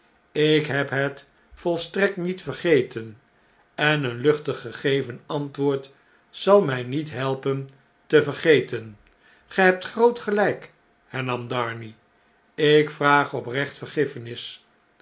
ik heb het volstrekt niet vergeten en een luchtig gegeven antwoord zal mij niet helpen te vergeten ge hebt groot gelyk hernam darnay ik vraag oprecht vergiffenis